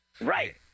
Right